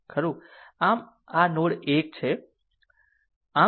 આમ તે નોડ 1 આમ તમને લખ્યું છે કે 2